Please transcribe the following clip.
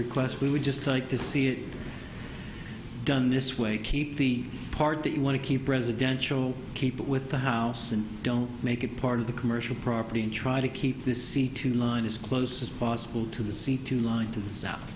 request we would just like to see it done this way keep the party want to keep presidential keep with the house and don't make it part of the commercial property and try to keep this seat to line as close as possible to the seat tonight to the south